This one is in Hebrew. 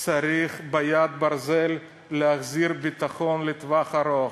צריך ביד ברזל להחזיר את הביטחון לטווח ארוך,